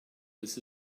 this